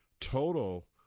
total